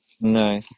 No